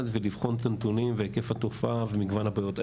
ולבחון את הנתונים והיקף התופעה ומגוון הבעיות.